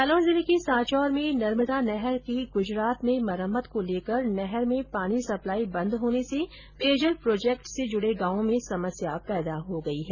जालोर जिले के सांचोर में नर्मदा नहर की गुजरात में मरम्मत को लेकर नहर में पानी सप्लाई बंद होने से पेयजल प्रोजेक्ट से जुडे गांवों में समस्या पैदा हो गई है